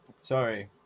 sorry